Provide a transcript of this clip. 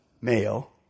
male